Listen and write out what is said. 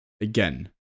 again